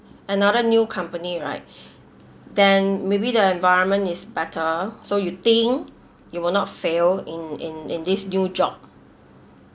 another new company right then maybe the environment is better so you think you will not fail in in in this new job